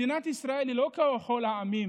מדינת ישראל היא לא ככל העמים